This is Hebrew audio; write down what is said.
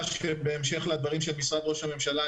בהמשך לדברים של משרד ראש הממשלה,